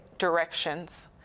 directions